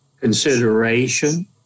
consideration